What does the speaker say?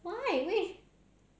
why